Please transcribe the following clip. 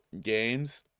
games